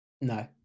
No